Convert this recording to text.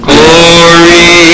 Glory